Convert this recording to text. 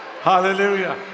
hallelujah